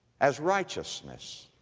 as righteousness.